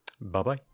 Bye-bye